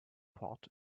pot